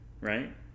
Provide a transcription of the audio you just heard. right